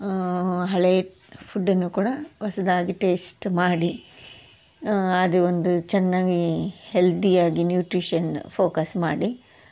ಹಳೆಯ ಫುಡ್ಡುನ್ನು ಕೂಡ ಹೊಸದಾಗಿ ಟೇಸ್ಟ್ ಮಾಡಿ ಅದು ಒಂದು ಚೆನ್ನಾಗಿ ಹೆಲ್ದಿಯಾಗಿ ನ್ಯೂಟ್ರಿಷನ್ ಫೋಕಸ್ ಮಾಡಿ